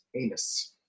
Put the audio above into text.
anus